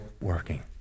working